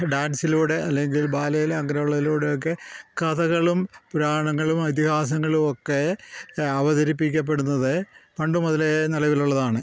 ഡാൻസിലൂടെ അല്ലെങ്കിൽ ബാലയിലെ ആഗ്രഹങ്ങളിലൂടെയൊക്കെ കഥകളും പുരാണങ്ങളും ഇതിഹാസങ്ങളുമൊക്കെ അവതരിക്കപ്പെടുന്നത് പണ്ട് മുതലേ നിലവിലുള്ളതാണ്